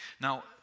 Now